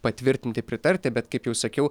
patvirtinti pritarti bet kaip jau sakiau